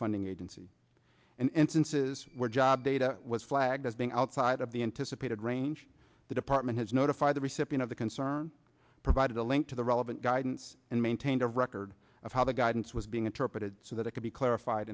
funding agency and instances where job data was flagged as being outside of the anticipated range the department has notified the recipient of the concern provided a link to the relevant guidance and maintained a record of how the guidance was being interpreted so that it could be clarified